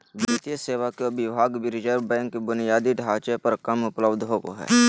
वित्तीय सेवा के विभाग रिज़र्व बैंक बुनियादी ढांचे पर कम उपलब्ध होबो हइ